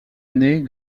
année